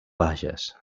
bages